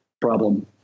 problem